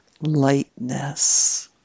lightness